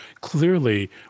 clearly